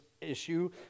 issue